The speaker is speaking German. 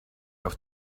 auf